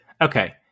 Okay